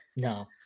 No